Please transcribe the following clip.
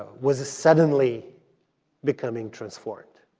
was suddenly becoming transformed.